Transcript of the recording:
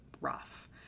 rough